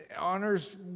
honors